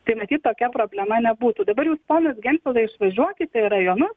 tai matyt tokia problema nebūtų dabar jūs ponas gentvilai išvažiuokite į rajonus